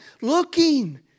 looking